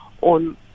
on